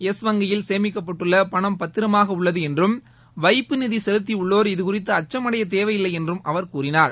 yes வங்கியில் சேமிக்கப்பட்டுள்ள பணம் பத்திரமாக உள்ளது என்றும் வைப்பு நிதி லுத்தியுள்ளோர் இதுகுறித்து அச்சம் அடையதேவையில்லை என்றும் அவர் கூறினார்